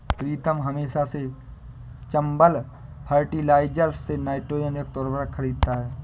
प्रीतम हमेशा से चंबल फर्टिलाइजर्स से नाइट्रोजन युक्त उर्वरक खरीदता हैं